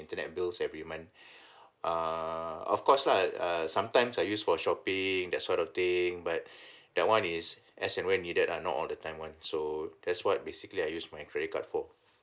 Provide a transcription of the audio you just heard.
internet bills every month err of course lah uh sometimes I use for shopping that sort of thing but that one is as when needed ah not all the time [one] so that's what basically I use my credit card for